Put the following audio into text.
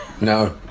no